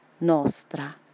nostra